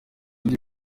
ibyo